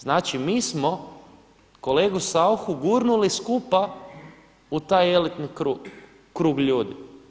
Znači mi smo kolegu SAuchu gurnuli skupa u taj elitni krug ljudi.